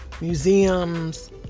museums